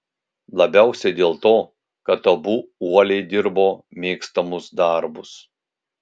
labiausiai dėl to kad abu uoliai dirbo mėgstamus darbus